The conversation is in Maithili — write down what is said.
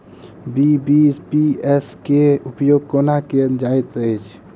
बी.बी.पी.एस केँ उपयोग केना कएल जाइत अछि?